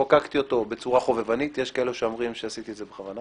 שחוקקתי אותו בצורה חובבנית יש כאלה שאומרים שעשיתי את זה בכוונה